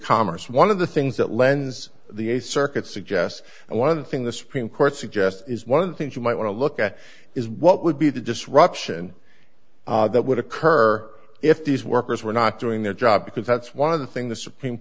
commerce one of the things that lends the a circuit suggests and one thing the supreme court suggests is one of the things you might want to look at is what would be the disruption that would occur if these workers were not doing their job because that's one of the thing the supreme